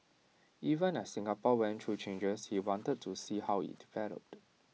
even as Singapore went through changes he wanted to see how IT developed